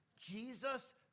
Jesus